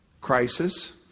crisis